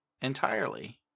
entirely